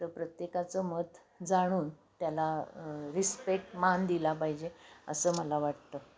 तर प्रत्येकाचं मत जाणून त्याला रिस्पेक्ट मान दिला पाहिजे असं मला वाटतं